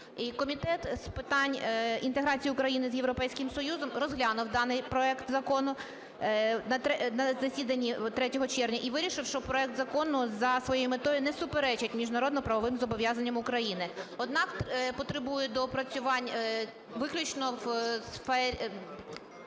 Комітет з питань інтеграції України з Європейським Союзом розглянув даний проект закону на засіданні 3 червня і вирішив, що проект закону за своєю метою не суперечить міжнародно-правовим зобов'язанням України. Однак потребує доопрацювання виключно в сфері...